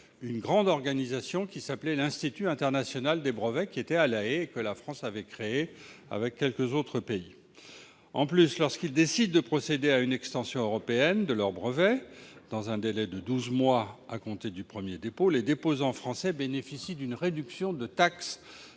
une grande organisation qui s'appelait l'Institut international des brevets, qui se trouvait à La Haye et que la France avait créée avec quelques autres pays. En plus, lorsqu'ils décident de procéder à une extension européenne de leur brevet dans un délai de douze mois à compter du premier dépôt, les déposants français bénéficient d'une réduction